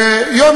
יום